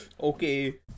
okay